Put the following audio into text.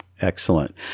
Excellent